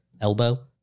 elbow